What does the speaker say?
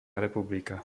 republika